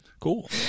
Cool